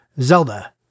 Zelda